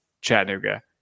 Chattanooga